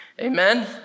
Amen